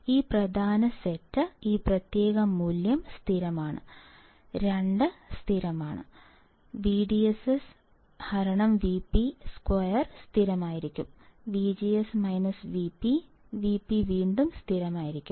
ഈ പ്രധാന സെറ്റ് ഈ പ്രത്യേക മൂല്യം സ്ഥിരമാണ് 2 സ്ഥിരമാണ് IDSS Vp 2 സ്ഥിരമായിരിക്കും VGS Vp Vp വീണ്ടും സ്ഥിരമായിരിക്കും